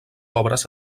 obres